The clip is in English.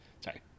Sorry